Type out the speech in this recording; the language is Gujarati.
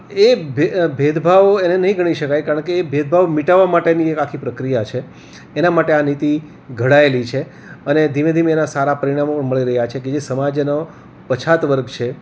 એ ભેદભાવો એને નહીં ગણી શકાય કારણ કે એ ભેદભાવ મિટાવા માટેની એક આખી પ્રક્રિયા છે એનાં માટે આ નીતિ ઘડાયેલી છે અને ધીમે ધીમે એનાં સારાં પરિણામો મળી રહ્યાં છે કે જે સમાજનો પછાત વર્ગ છે